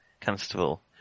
Constable